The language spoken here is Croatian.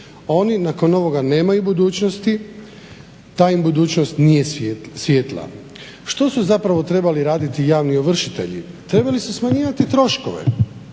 Oni nakon ovoga nemaju budućnosti, ta im budućnost nije svijetla. Što su zapravo trebali raditi javni ovršitelji? Trebal8i su smanjivati troškove.